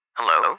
Hello